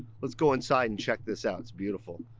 let's go inside and check this out, it's beautiful.